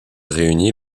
réunit